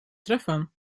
treffen